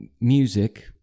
music